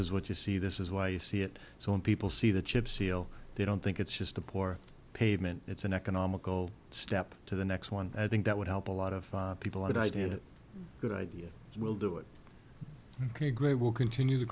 is what you see this is why you see it so and people see the chip seal they don't think it's just a poor pavement it's an economical step to the next one i think that would help a lot of people i did it good idea we'll do it ok great we'll continue the